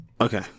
Okay